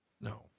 No